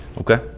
Okay